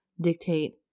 dictate